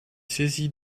saisie